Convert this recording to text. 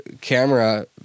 camera